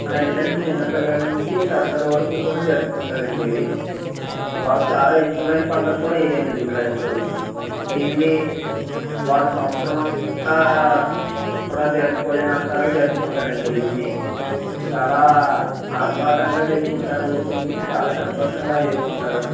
అదేంటంటే చిన్నపిల్లల నుంచి పెద్దల వరకు కూడా జరుపుకుంటారండి ఇది వాళ్లకు చాలా ఇష్టమైన పండుగ కూడా ఇదే అండి క్రైస్తవులకు దీన్ని వారు సంవత్సరం అంతా కూడా జరుపుకోలేనంతలా జరుపుకుంటారు అండి దీన్ని చాలా ఆర్భాటంగా చేసుకుంటారు దీన్ని చాలా సంతోషంగా చేసుకుంటారు